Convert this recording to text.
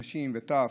נשים וטף,